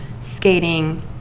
skating